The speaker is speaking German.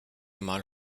mal